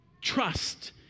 trust